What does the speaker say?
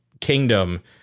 kingdom